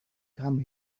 come